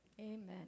Amen